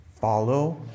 follow